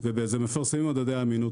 מפרסמים מדדי אמינות,